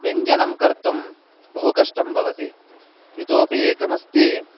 व्यञ्जनं कर्तुं बहु कष्टं भवति इतोपि एकमस्ति